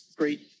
great